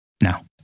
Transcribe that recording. Now